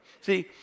See